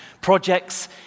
projects